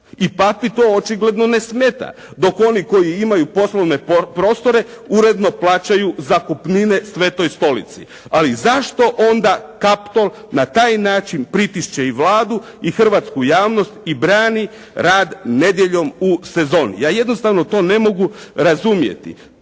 I Papi to očigledno ne smeta, dok oni koji imaju poslovne prostore uredno plaćaju zakupnine Svetoj stolici. Ali zašto Kaptol na taj način pritišće i Vladu i hrvatsku javnost i brani rad nedjeljom u sezoni? Ja jednostavno to ne mogu razumjeti.